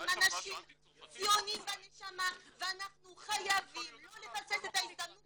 הם אנשים ציונים בנשמה ואנחנו חייבים לא לפספס את ההזדמנות